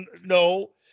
no